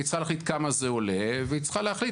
היא צריכה להחליט כמה זה עולה והיא צריכה להחליט